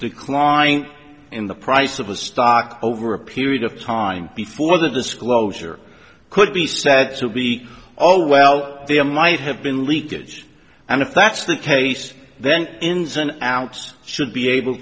decline in the price of a stock over a period of time before the disclosure could be said to be oh well there might have been leakage and if that's the case then ins and outs should be able